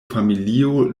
familio